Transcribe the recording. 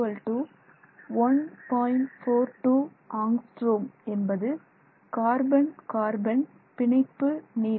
42 angstrom என்பது carbon carbon பிணைப்பு நீளம்